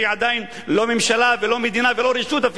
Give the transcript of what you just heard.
שהיא עדיין לא ממשלה ולא מדינה ואפילו לא ישות,